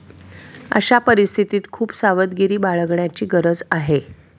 अशा परिस्थितीत खूप सावधगिरी बाळगण्याची गरज आहे